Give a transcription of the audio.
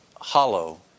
hollow